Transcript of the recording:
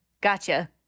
Gotcha